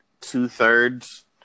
two-thirds